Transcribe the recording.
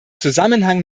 zusammenhang